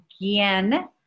again